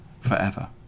forever